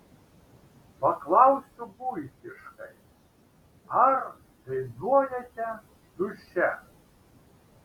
paklausiu buitiškai ar dainuojate duše